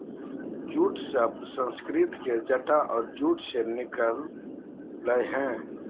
jute शब्द संस्कृत के जटा और जूट से निकल लय हें